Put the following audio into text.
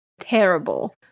terrible